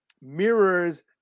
mirrors